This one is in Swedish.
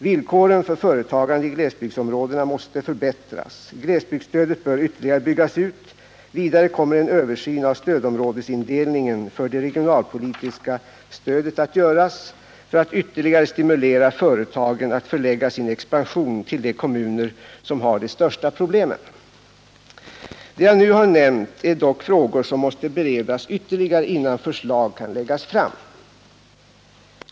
Villkoren för företagande i glesbygdsområdena måste förbättras. Glesbygdsstödet bör ytterligare byggas ut. Vidare kommer en översyn av stödområdesindelningen för det regionalpolitiska stödet att göras för att ytterligare stimulera företagen att förlägga sin expansion till de kommuner som har de största proble Det jag nu har nämnt är dock frågor som måste beredas ytterligare innan förslag kan läggas fram.